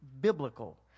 biblical